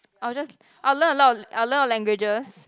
I'll just I'll learn a lot of a lot of languages